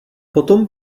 potom